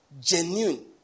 Genuine